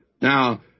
Now